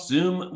Zoom